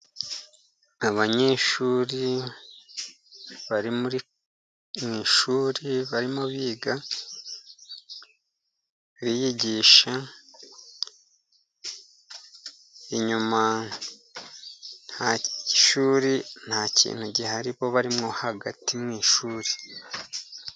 Abanyeshuri bari mu ishuri barimo biga biyigisha, inyuma y'ishuri nta kintu gihari bo barimo hagati mu ishuri.